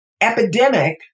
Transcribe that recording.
epidemic